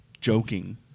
joking